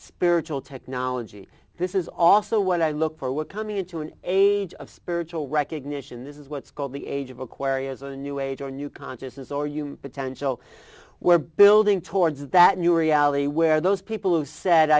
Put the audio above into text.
spiritual technology this is also what i look for we're coming into an age of spiritual recognition this is what's called the age of aquarius a new age or new consciousness or you potential we're building towards that new reality where those people who said